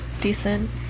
Decent